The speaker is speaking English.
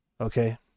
okay